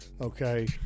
Okay